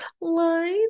line